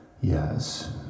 yes